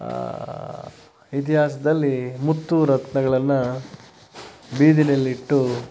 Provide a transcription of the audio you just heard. ಇತಿಹಾಸದಲ್ಲಿ ಮುತ್ತು ರತ್ನಗಳನ್ನು ಬೀದಿಯಲ್ಲಿಟ್ಟು